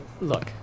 Look